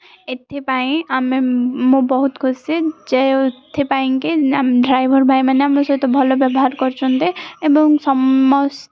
ଏଥିପାଇଁ ଆମେ ମୁଁ ବହୁତ ଖୁସି ଯେ ଏଥିପାଇଁକି ଡ୍ରାଇଭର୍ ଭାଇମାନେ ଆମ ସହିତ ଭଲ ବ୍ୟବହାର କରୁଛନ୍ତି ଏବଂ ସମସ୍ତେ